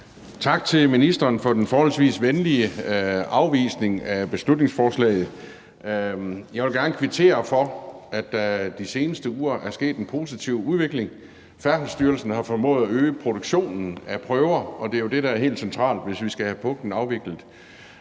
Tak til ministeren for den forholdsvis venlige afvisning af beslutningsforslaget. Jeg vil gerne kvittere for, at der de seneste uger er sket en positiv udvikling: Færdselsstyrelsen har formået at øge produktionen af prøver, og det er jo det, der er helt centralt, hvis vi skal have puklen afviklet.